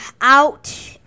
out